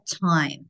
time